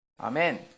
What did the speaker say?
Amen